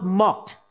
mocked